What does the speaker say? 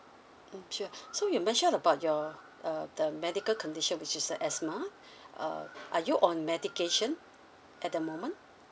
mm sure so you mentioned about your uh the medical condition which is uh asthma uh are you on medication at the moment